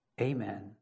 Amen